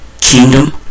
kingdom